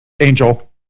Angel